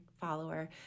follower